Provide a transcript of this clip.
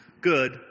good